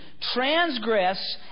transgress